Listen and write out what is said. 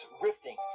rifting